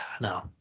No